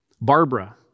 Barbara